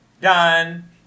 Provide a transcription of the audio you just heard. Done